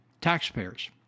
taxpayers